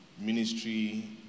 ministry